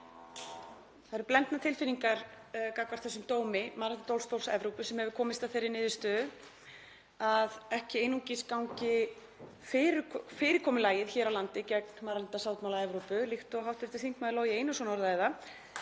Það eru blendnar tilfinningar gagnvart þessum dómi Mannréttindadómstóls Evrópu sem hefur komist að þeirri niðurstöðu að ekki einungis gangi fyrirkomulagið hér á landi gegn mannréttindasáttmála Evrópu, líkt og hv. þm. Logi Einarsson orðaði